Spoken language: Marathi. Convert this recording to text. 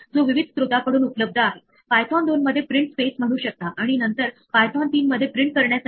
तर आपल्याला एरर त्या स्थानापासून पकडण्याची गरज नाही जिथे ती हाताळली जाईल आपण तिला त्या उच्च स्थानापासून पकडू या जिथुन आपण तिला कॉल केले आहे